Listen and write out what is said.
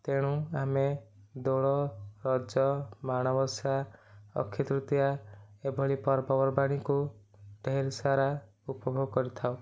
ତେଣୁ ଆମେ ଦୋଳ ରଜ ମାଣବସା ଅକ୍ଷିତୃତୀୟା ଏଭଳି ପର୍ବପର୍ବାଣିକୁ ଢେରସାରା ଉପଭୋଗ କରିଥାଉ